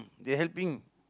they helping